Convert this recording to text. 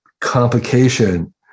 complication